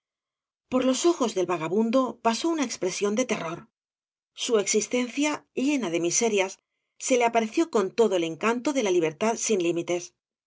por los ojos del vagabundo pasó una expresión de terror su existencia llena de miserias se le apareció con todo el encanto de la libertad sin límites